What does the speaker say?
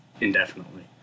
indefinitely